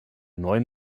neuen